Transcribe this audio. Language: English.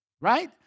right